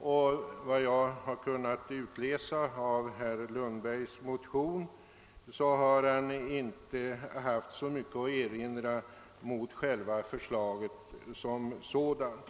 Efter vad jag har kunnat utläsa ur herr Lundbergs motion har herr Lundberg inte heller haft mycket att erinra mot det förslaget som sådant.